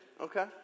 Okay